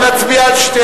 לשנת